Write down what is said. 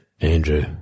Andrew